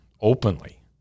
openly